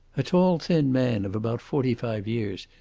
a tall, thin man of about forty-five years,